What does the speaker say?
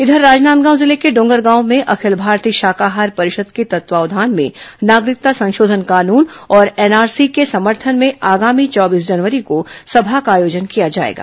इधर राजनांदगांव जिले के डोंगरगांव में अखिल भारतीय शाकाहार परिषद के तत्वावधान में नागरिकता संशोधन कानून और एनआरसी के समर्थन में आगामी चौबीस जनवरी को सभा का आयोजन किया जाएगा